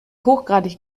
hochgradig